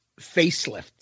Facelift